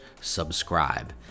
subscribe